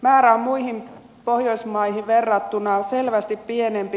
määrä on muihin pohjoismaihin verrattuna selvästi pienempi